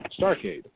Starcade